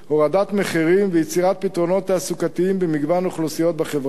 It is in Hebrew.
בהורדת מחירים וביצירת פתרונות תעסוקתיים במגוון אוכלוסיות בחברה.